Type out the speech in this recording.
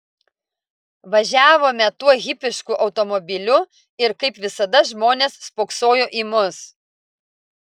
važiavome tuo hipišku automobiliu ir kaip visada žmonės spoksojo į mus